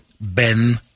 Ben